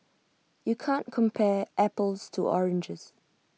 you can't compare apples to oranges